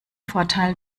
vorteil